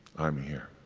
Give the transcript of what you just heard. i'm here.